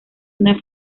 una